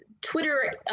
Twitter